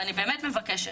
ואני באמת מבקשת,